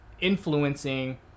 influencing